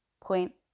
point